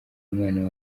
umwana